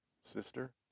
Sister